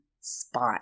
spot